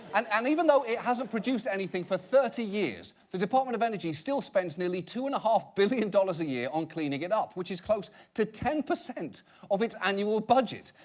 and and even though it hasn't produced anything for thirty years, the department of energy still spends nearly two and a half billion dollars a year on cleaning it up, which is close to ten percent of its annual budget.